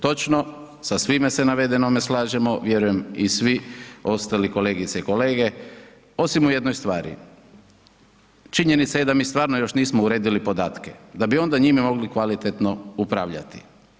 Točno sa svime se navedenome slažemo, vjerujem i svi ostali kolegice i kolege osim u jednoj stvari, činjenica je da mi stvarno još nismo uredili podatke da bi onda njima mogli kvalitetno upravljati.